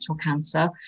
cancer